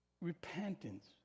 Repentance